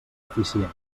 eficient